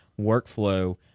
workflow